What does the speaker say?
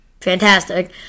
fantastic